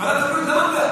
ועדת העבודה.